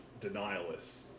denialists